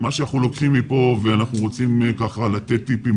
מה שאנחנו לוקחים מכאן ואנחנו רוצים לתת טיפים